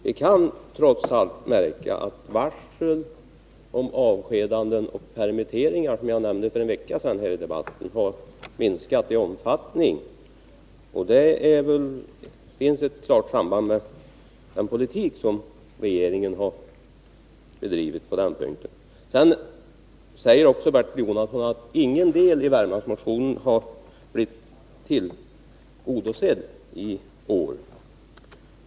Som jag nämnde i debatten för en vecka sedan kan vi trots allt märka att varslen om avskedanden och permitteringar har minskat i omfattning. Det finns här ett klart samband med den politik som har bedrivits. Sedan säger Bertil Jonasson att ingen del av Värmlandsmotionen har blivit tillgodosedd.